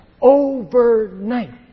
Overnight